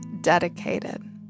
dedicated